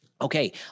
Okay